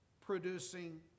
producing